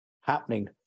happening